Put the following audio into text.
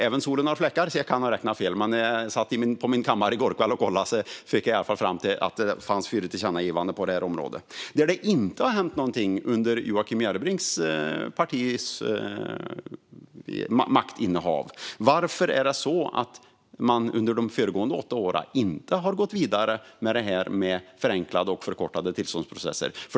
Även solen har sina fläckar, så jag kan ha räknat fel, men när jag satt på min kammare i går kväll och kollade fick jag det till fyra tillkännagivanden på detta område. Där det inte har hänt någonting under Joakim Järrebrings partis maktinnehav är på området förenklade och förkortade tillståndsprocesser. Varför är det så att man under de föregående åtta åren inte har gått vidare med det här?